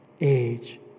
age